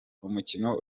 umukino